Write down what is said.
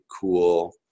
cool